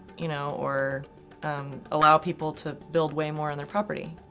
you know, or allow people to build way more on their property.